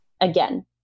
Again